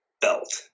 belt